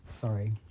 Sorry